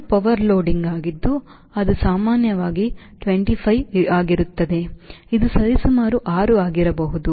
ಇದು power loading ಆಗಿದ್ದು ಅದು ಸಾಮಾನ್ಯವಾಗಿ 25 ಆಗಿರುತ್ತದೆ ಇದು ಸರಿಸುಮಾರು 6 ಆಗಿರಬಹುದು